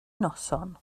noson